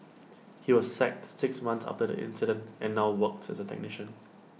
he was sacked six months after the incident and now works as A technician